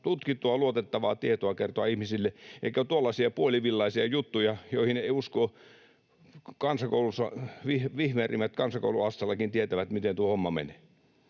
tutkittua, luotettavaa tietoa kertoa ihmisille eikä tuollaisia puolivillaisia juttuja, joista vihmerimmät kansakouluasteellakin tietävät, miten tuo homma menee.